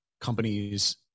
companies